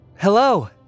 Hello